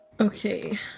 Okay